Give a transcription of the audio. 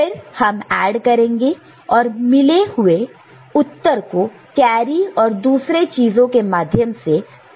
फिर हम ऐड करेंगे और मिले हुआ उत्तर को कैरी और दूसरे चीजों के माध्यम से हम समझने की कोशिश करेंगे